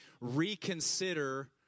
reconsider